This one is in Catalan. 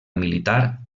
militar